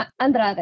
Andrade